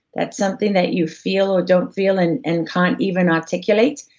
that something that you feel or don't feel, and and can't even articulate.